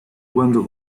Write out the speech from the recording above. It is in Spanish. cuando